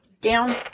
down